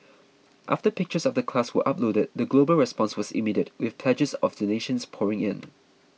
after pictures of the class were uploaded the global response was immediate with pledges of donations pouring in